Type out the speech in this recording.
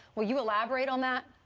will you elaborate on that?